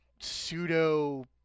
pseudo